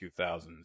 2000s